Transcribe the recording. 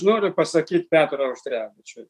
noriu pasakyt petrui auštrevičiui